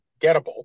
gettable